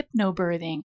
hypnobirthing